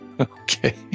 Okay